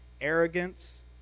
arrogance